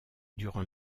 durant